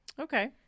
Okay